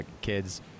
kids